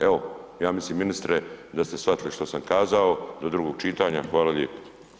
Evo, ja mislim ministre da ste shvatili što sam kazao, do drugog čitanja, hvala lijepo.